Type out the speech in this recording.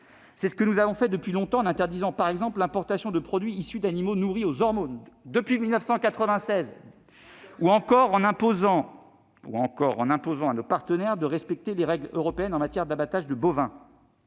C'est ce que nous faisons depuis longtemps en interdisant, par exemple, l'importation de produits issus d'animaux nourris aux hormones depuis 1996 ou encore en imposant à nos partenaires de respecter les règles européennes en matière d'abattage de bovins.